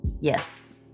Yes